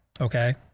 Okay